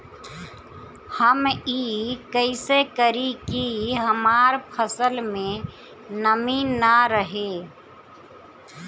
हम ई कइसे करी की हमार फसल में नमी ना रहे?